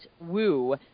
Woo